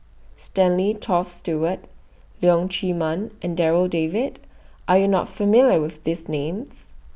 Stanley Toft Stewart Leong Chee Mun and Darryl David Are YOU not familiar with These Names